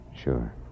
Sure